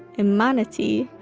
a manatee?